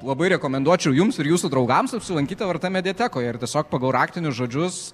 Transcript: labai rekomenduočiau jums ir jūsų draugams apsilankyti lrt mediatekoje ir tiesiog pagal raktinius žodžius